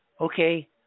okay